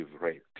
rate